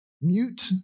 mute